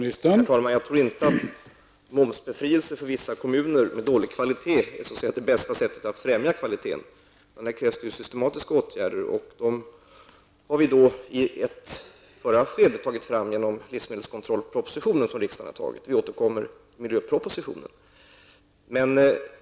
Herr talman! Jag tror inte att momsbefrielse för vissa kommuner med dålig kvalitet på vattnet är bästa sättet att främja vattnets kvalitet, utan här krävs systematiska åtgärder. Dem har vi i ett tidigare skede främjat genom propositionen om livsmedelskontroll som riksdagen har fattat beslut om, och regeringen återkommer med en miljöproposition.